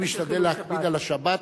אני משתדל להקפיד על השבת,